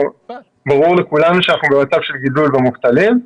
ברור לכולנו שאנחנו במצב של גידול במובטלים,